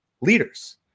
leaders